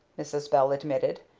mrs. bell admitted,